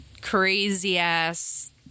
crazy-ass